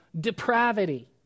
depravity